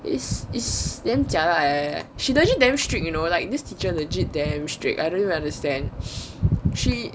is is damn jialat eh she legit damn strict you know like this teacher legit damn strict I don't even understand she